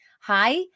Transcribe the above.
Hi